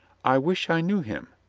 i wish i knew him,